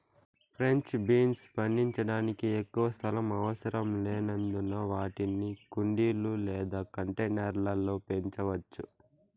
French beans పండించడానికి ఎక్కువ స్థలం అవసరం లేనందున వాటిని కుండీలు లేదా కంటైనర్ల లో పెంచవచ్చు